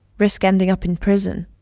risk ending up in prison.